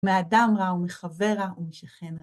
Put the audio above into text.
מאדם רע ומחבר רע ומשכן רע.